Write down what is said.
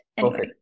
Okay